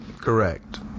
Correct